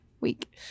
week